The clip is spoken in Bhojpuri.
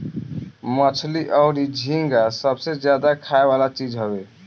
मछली अउरी झींगा सबसे ज्यादा खाए वाला चीज हवे